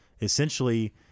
Essentially